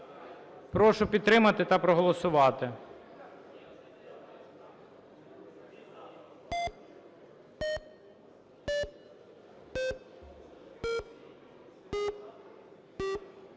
Прошу підтримати та проголосувати.